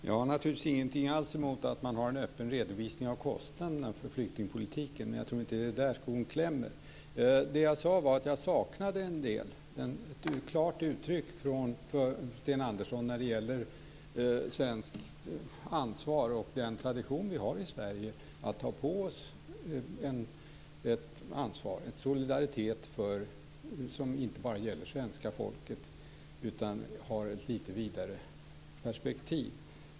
Herr talman! Jag har naturligtvis ingenting alls emot att man har en öppen redovisning av kostnaderna för flyktingpolitiken. Men jag tror inte att det är där skon klämmer. Det jag sade var att jag saknade en del. Jag saknade ett klart uttryck från Sten Andersson när det gäller svenskt ansvar och den tradition som vi har i Sverige av att ta på oss ett ansvar, en solidaritet som inte bara gäller det svenska folket utan som har ett lite vidare perspektiv.